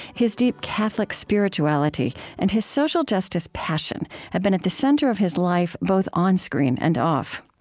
his deep catholic spirituality and his social justice passion have been at the center of his life, both on-screen and off.